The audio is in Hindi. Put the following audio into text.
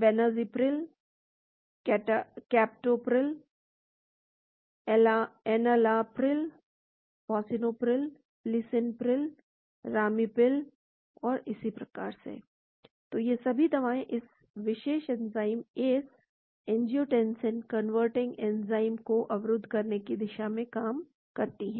benazepril captopril enalapril fosinopril lisinopril lisinipril ramipril और इसी तरह तो ये सभी दवाएं इस विशेष enzyme ACE angiotensin converting enzyme को अवरुद्ध करने की दिशा में काम करती हैं